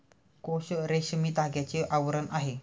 कोश रेशमी धाग्याचे आवरण आहे